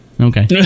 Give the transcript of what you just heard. Okay